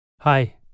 Hi